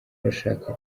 urashaka